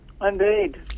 Indeed